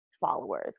followers